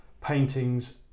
paintings